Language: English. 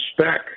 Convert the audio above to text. spec